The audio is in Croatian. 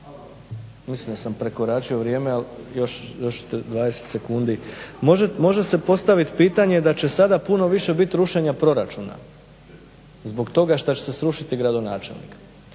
mislim da sam prekoračio vrijeme, ali još 20 sekundi. Može se postaviti pitanje da će sada biti puno više rušenja proračuna zbog toga što će se srušiti gradonačelnik.